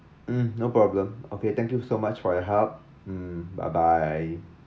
mm no problem okay thank you so much for your help mm bye bye